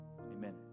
Amen